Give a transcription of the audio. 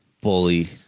Bully